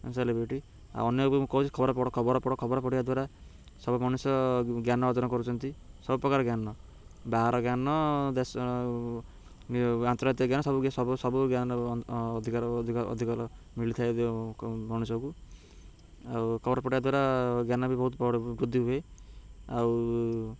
celebrity ଆଉ ଅନ୍ୟକୁ ବି ମୁଁ କହୁଛି ଖବର ପଢ ଖବର ପଢ ଖବର ପଢିବା ଦ୍ୱାରା ସବୁ ମଣିଷ ଜ୍ଞାନ ଅର୍ଜନ କରୁଛନ୍ତି ସବୁ ପ୍ରକାର ଜ୍ଞାନ ବାହାର ଜ୍ଞାନ ଦେଶ ଆଉ ଆନ୍ତର୍ଜାତୀୟ ଜ୍ଞାନ ସବୁ ସବୁ ଜ୍ଞାନ ଅଧିକାର ଅଧିକ ଅଧିକାର ମିଳିଥାଏ ମଣିଷକୁ ଆଉ ଖବର ପଢ଼ିବା ଦ୍ୱାରା ଜ୍ଞାନ ବି ବହୁତ ବ ବୃଦ୍ଧି ହୁଏ ଆଉ